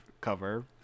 cover